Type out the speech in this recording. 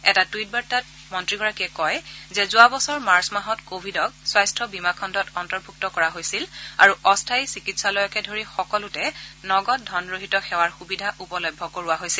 এটা টুইট বাৰ্তাত মন্ত্ৰীগৰাকীয়ে কয় যে যোৱা বছৰ মাৰ্চ মাহত ক ভিডক স্বাস্থ্য বীমা খণ্ডত অন্তৰ্ভুক্ত কৰা হৈছিল আৰু অস্থায়ী চিকিৎসালয়কে ধৰি সকলোতে নগদ ধনৰহিত সেৱাৰ সূবিধা উপলভ্য কৰোৱা হৈছিল